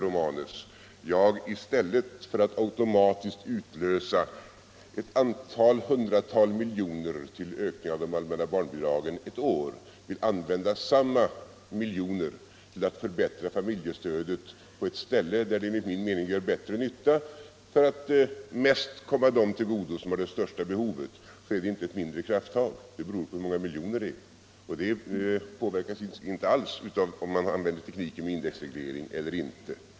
Om jag, i stället för att automatiskt använda några hundratal miljoner kronor till att öka de allmänna barnbidragen ett år, vill använda samma miljoner till att förbättra familjestödet på ett ställe där det enligt min mening gör bättre nytta, där det mest kommer dem till godo som har det största behovet, så är det inte ett mindre krafttag. Hur stort krafttaget är beror på hur många miljoner det är fråga om, och det påverkas inte alls av om man använder tekniken med indexreglering eller inte.